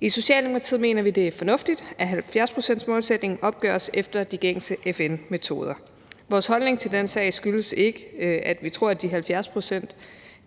I Socialdemokratiet mener vi, at det er fornuftigt, at 70-procentsmålsætningen opgøres efter de gængse FN-metoder. Vores holdning til den sag skyldes ikke, at vi tror, at de 70 pct.